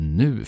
nu